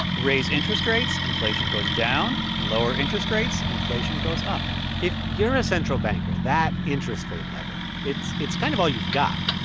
raise interest rates, inflation goes down. lower interest rates, inflation goes up if you're a central banker, that interest rate lever it's it's kind of all you've got.